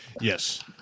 yes